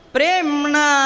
Premna